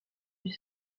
huit